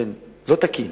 באופן לא תקין,